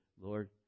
Lord